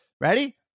Ready